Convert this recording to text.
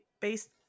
based